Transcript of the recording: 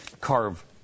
carve